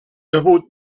debut